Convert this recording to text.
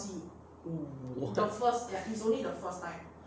!woo! what